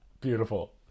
Beautiful